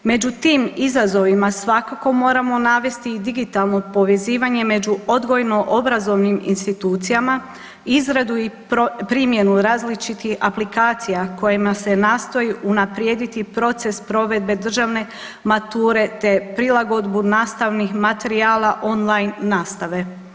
Među tim izazovima svakako moramo navesti i digitalnu povezivanje među odgojno-obrazovnim institucijama, izradu i primjenu različitih aplikacija kojima se nastoji unaprijediti proces provedbe državne mature te prilagodbu nastavih materijala online nastave.